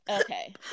Okay